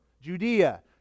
judea